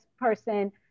person